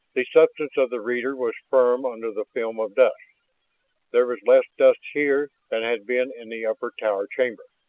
the substance of the reader was firm under the film of dust there was less dust here than had been in the upper tower chamber.